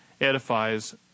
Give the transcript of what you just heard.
edifies